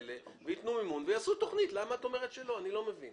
אם יהיו כאן תשובות לשאלות אני מבקשת